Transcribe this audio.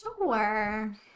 sure